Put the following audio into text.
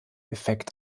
effekt